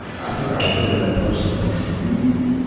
i think i would say to that person like you,